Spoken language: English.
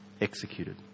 executed